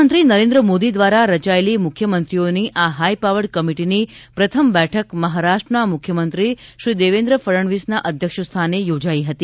પ્રધાનમંત્રી નરેન્દ્ર મોદી દ્વારા રચાયેલી મુખ્યમંત્રીઓની આ હાઈપાવર્ડ કમિટિની પ્રથમ બેઠક મહારાષ્ટ્રના મુખ્યમંત્રી શ્રી દેવેન્દ્ર ફણનવીસના અધ્યક્ષસ્થાને યોજાઈ હતી